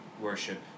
worship